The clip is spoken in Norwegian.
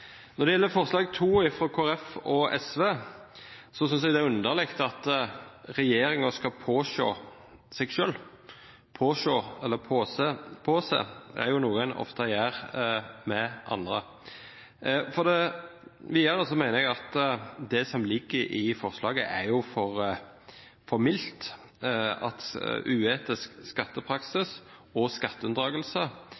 Når det gjelder forslag nr. 2, fra Kristelig Folkeparti og SV, synes jeg det er underlig at regjeringen skal påse seg selv. Å påse er jo noe en ofte gjør med andre. Videre mener jeg at det som ligger i forslaget, er for mildt – at uetisk